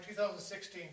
2016